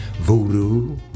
Voodoo